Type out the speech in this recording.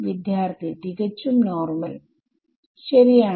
വിദ്യാർത്ഥി തികച്ചും നോർമൽ ശരിയാണ്